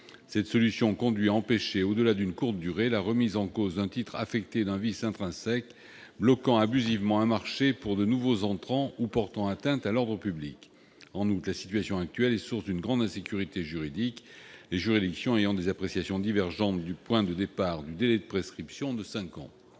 Cette solution conduit à empêcher, au-delà d'une courte durée, la remise en cause d'un titre affecté d'un vice intrinsèque, bloquant abusivement un marché pour de nouveaux entrants, ou portant atteinte à l'ordre public. En outre, la situation actuelle est source d'une grande insécurité juridique, les juridictions ayant des appréciations divergentes du point de départ du délai de prescription de cinq ans.